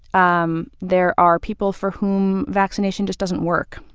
um there are people for whom vaccination just doesn't work,